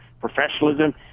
professionalism